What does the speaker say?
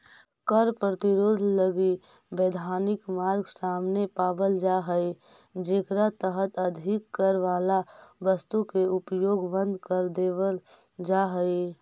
कर प्रतिरोध लगी वैधानिक मार्ग सामने पावल जा हई जेकरा तहत अधिक कर वाला वस्तु के उपयोग बंद कर देवल जा हई